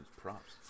props